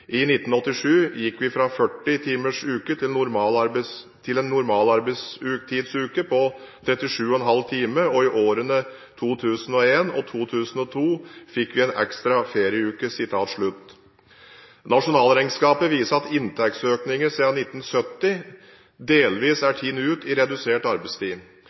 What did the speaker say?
I 1987 gikk vi fra 40 timers uke til en normal arbeidsuke på 37,5 timer, og i årene 2001–2002 fikk vi en ekstra ferieuke.» Nasjonalregnskapet viser at inntektsøkningen siden 1970 delvis er tatt ut i redusert arbeidstid.